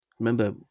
Remember